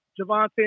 Javante